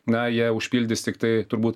na jie užpildys tiktai turbūt